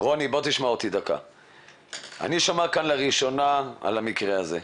אני שומע כאן לראשונה על המקרה הזה.